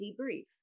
debrief